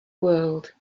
world